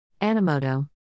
Animoto